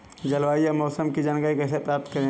जलवायु या मौसम की जानकारी कैसे प्राप्त करें?